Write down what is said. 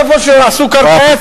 זה איפה שהקרקע אפס,